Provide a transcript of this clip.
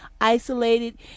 isolated